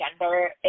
gender